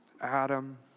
Adam